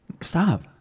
Stop